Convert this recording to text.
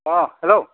अ hello